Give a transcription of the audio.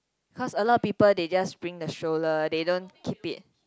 cause a lot of people they just bring the stroller they don't keep it